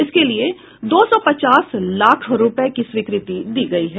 इसके लिये दो सौ पचास लाख रूपये की स्वीकृति दी गयी है